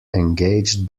engaged